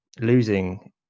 losing